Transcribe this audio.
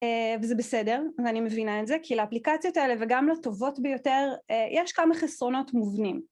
וזה בסדר, ואני מבינה את זה כי לאפליקציות האלה וגם לטובות ביותר יש כמה חסרונות מובנים...